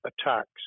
attacks